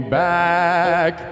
back